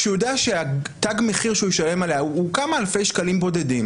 כשהוא יודע שתג המחיר שהוא ישלם עליה הוא כמה אלפי שקלים בודדים